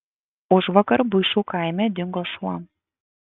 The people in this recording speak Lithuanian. užvakar buišų kaime dingo šuo